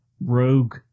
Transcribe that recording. rogue